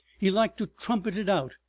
he liked to trumpet it out,